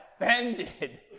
offended